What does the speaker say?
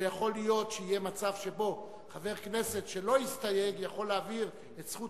לא יכול להיות שיהיה מצב שבו חבר כנסת שלא הסתייג יכול להעביר את זכות